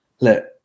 look